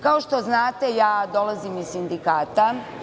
Kao što znate, ja dolazim iz sindikata.